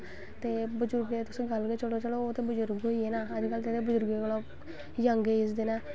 ते बजुर्गें दी तुस गल्ल छड़ो ओह् ते बजुर्ग होईये ना अज्ज कल दे ते जंग एज़ दे न